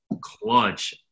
clutch